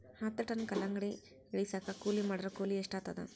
ಹತ್ತ ಟನ್ ಕಲ್ಲಂಗಡಿ ಇಳಿಸಲಾಕ ಕೂಲಿ ಮಾಡೊರ ಕೂಲಿ ಎಷ್ಟಾತಾದ?